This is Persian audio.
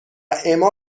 اما